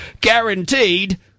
Guaranteed